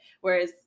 whereas